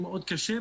מאוד קשה,